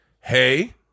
hey